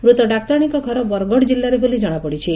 ମୂତ ଡାକ୍ତରାଶୀଙ୍କ ଘର ବରଗଡ଼ ଜିଲ୍ଲାରେ ବୋଲି ଜଶାପଡ଼ିଛି